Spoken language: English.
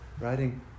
writing